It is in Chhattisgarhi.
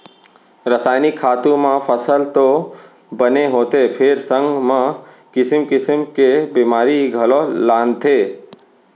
रसायनिक खातू म फसल तो बने होथे फेर संग म किसिम किसिम के बेमारी घलौ लानथे